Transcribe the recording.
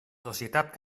societat